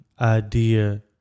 idea